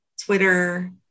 Twitter